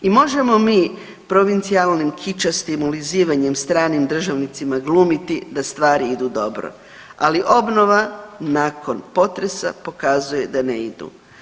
I možemo mi provincijalnim kičastim ulizivanjem stranim državnicima glumiti da stvari idu dobro, ali obnova nakon potresa pokazuje da ne idu.